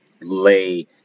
lay